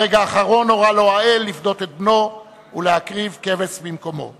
ברגע האחרון הורה לו האל לפדות את בנו ולהקריב כבש במקומו.